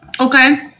Okay